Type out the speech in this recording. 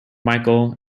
micheal